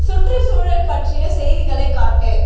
சுற்றுச்சூழல் பற்றிய செய்திகளைக் காட்டு